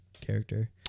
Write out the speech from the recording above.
character